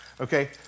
Okay